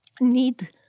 need